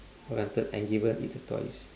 granted and given it's a twice